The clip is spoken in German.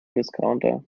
discounter